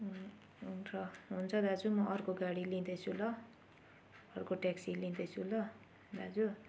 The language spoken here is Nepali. र हुन्छ दाजु म अर्को गाडी लिँदैछु ल अर्को ट्याक्सी लिँदैछु ल दाजु